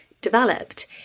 developed